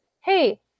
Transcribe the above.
hey